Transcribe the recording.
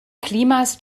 klimas